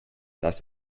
das